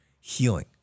Healing